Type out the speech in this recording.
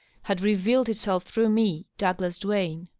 had re vealed itself through me, douglas duane.